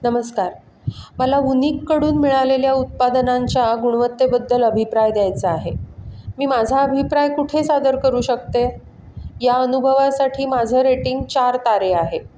नमस्कार मला वूनिककडून मिळालेल्या उत्पादनांच्या गुणवत्तेबद्दल अभिप्राय द्यायचा आहे मी माझा अभिप्राय कुठे सादर करू शकते या अनुभवासाठी माझं रेटिंग चार तारे आहे